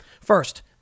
First